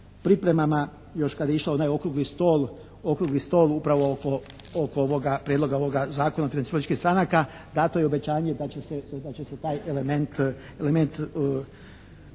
pripremama još kad je išao onaj okrugli stol upravo oko ovoga, Prijedloga ovoga zakona o financiranju političkih stranaka. Dato je obećanje da će se taj element